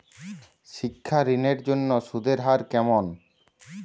শিক্ষা ঋণ এর জন্য সুদের হার কেমন?